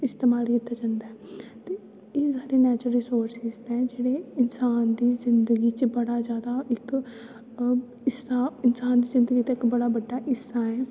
इस्तेमाल कीता जंदा ऐ ते एह् साढ़े नैचूरल रिसोरसिस न जेह्ड़े इंसान दी जिन्दगी च बड़ा जैदा इक इंसान दी जिन्दगी दा इक बड़ा बड्डा हिस्सा ऐ